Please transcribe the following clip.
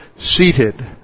seated